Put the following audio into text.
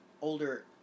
older